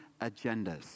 agendas